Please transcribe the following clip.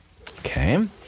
Okay